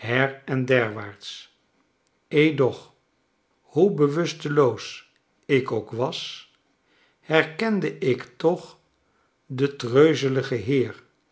derwaarts edoch hoe bewusteloos ik ook was herkende ik toch den treuzeligen heer